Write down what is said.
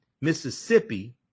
Mississippi